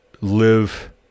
live